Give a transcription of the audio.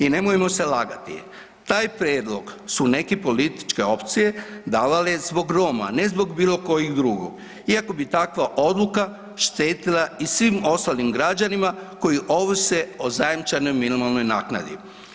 I nemojmo se lagati, taj prijedlog su neke političke opcije davale zbog Roma ne zbog bilo kojih drugog iako bi takva odluka štetila i svim ostalim građanima koji ovise o zajamčenoj minimalnoj naknadi.